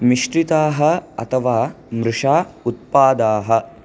मिश्रिताः अथवा मृषा उत्पादाः